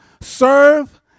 serve